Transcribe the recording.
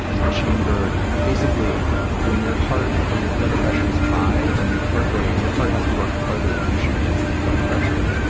the chamber basically, when your heart, your blood pressure is high, then your heart rate, your heart has to work harder to push against the blood pressure.